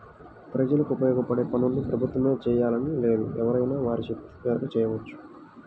ప్రజలకు ఉపయోగపడే పనుల్ని ప్రభుత్వమే జెయ్యాలని లేదు ఎవరైనా వారి శక్తి మేరకు చెయ్యొచ్చు